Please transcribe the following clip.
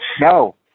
No